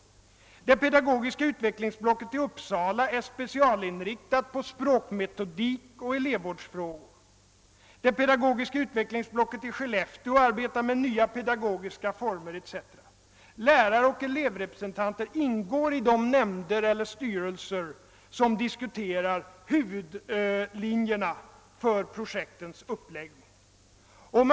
Det pedagogiska utvecklingsblocket i Uppsala är specialinriktat på språkmetodik och elevvårdsfrågor, det pedagogiska utvecklingsblocket i Skellefteå arbetar med nya pedagogiska former etc. Läraroch elevrepresentanter ingår i de nämnder eller styrelser som diskuterar huvudlinjerna för projektens uppläggning.